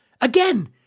Again